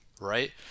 right